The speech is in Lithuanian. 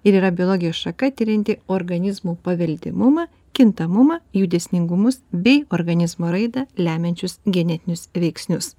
ir yra biologijos šaka tirianti organizmų paveldimumą kintamumą jų dėsningumus bei organizmo raidą lemiančius genetinius veiksnius